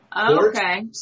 Okay